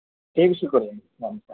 ٹھیک ہے شکریہ وعلیکم السلام